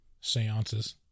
seances